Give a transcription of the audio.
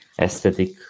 aesthetic